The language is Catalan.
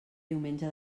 diumenge